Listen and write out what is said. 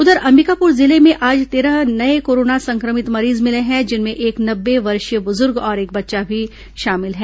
उधर अंबिकापुर जिले में आज तेरह नये कोरोना संक्रमित मरीज मिले हैं जिनमें एक नब्बे वर्षीय बुजुर्ग और एक बच्चा भी शामिल है